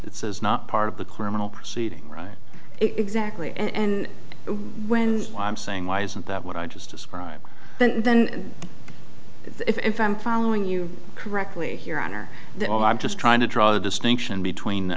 it says not part of the criminal proceeding right exactly and when i'm saying why isn't that what i just described and then if i'm following you correctly here under the i'm just trying to draw the distinction between